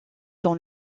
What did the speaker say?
dans